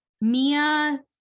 Mia